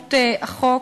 משמעות החוק.